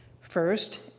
first